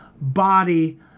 body